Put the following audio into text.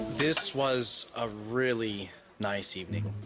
this was a really nice evening.